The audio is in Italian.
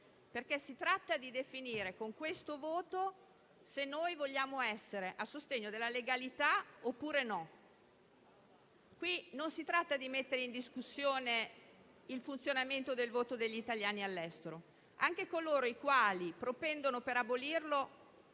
si tratta di definire se vogliamo essere a sostegno della legalità oppure no. Non si tratta di mettere in discussione il funzionamento del voto degli italiani all'estero. A coloro i quali propendono per abolirlo